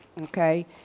Okay